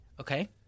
okay